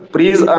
Please